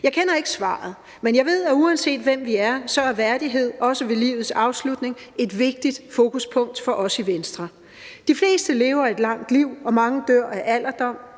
Jeg kender ikke svaret, men jeg ved, at uanset hvem vi er, er værdighed, også ved livets afslutning, et vigtigt fokuspunkt for os i Venstre. De fleste lever et langt liv, og mange dør af alderdom